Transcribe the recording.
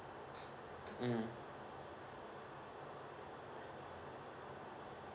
mm